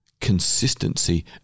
consistency